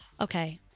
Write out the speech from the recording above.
okay